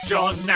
John